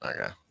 Okay